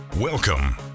Welcome